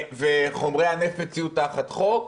וחומרי הנפץ יהיו תחת חוק.